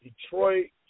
Detroit